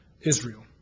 Israel